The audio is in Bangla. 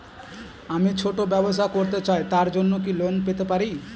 আমি ছোট ব্যবসা করতে চাই তার জন্য কি লোন পেতে পারি?